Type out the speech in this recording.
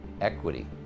Equity